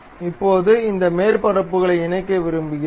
இப்போது இந்த மேற்பரப்புகளை இணைக்க விரும்புகிறோம்